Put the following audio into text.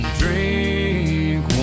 drink